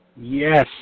Yes